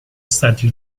stati